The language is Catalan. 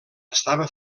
estava